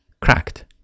cracked